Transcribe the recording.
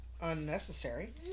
unnecessary